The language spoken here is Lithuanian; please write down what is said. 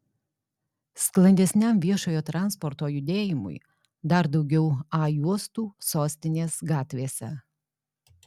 sklandesniam viešojo transporto judėjimui dar daugiau a juostų sostinės gatvėse